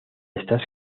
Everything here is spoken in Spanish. estás